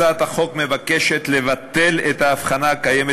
הצעת החוק מבקשת לבטל את ההבחנה הקיימת